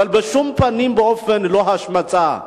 אבל בשום פנים ואופן לא השמצה.